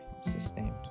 systems